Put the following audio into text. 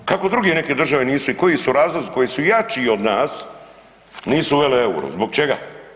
Kako druge neke države nisu i koji su razlozi koji su jači od nas nisu uvele EUR-o, zbog čega?